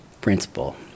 principle